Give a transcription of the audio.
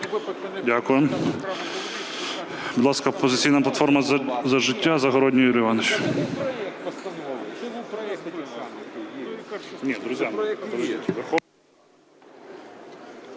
Дякую. Будь ласка, "Опозиційна платформа – За життя", Загородній Юрій Іванович.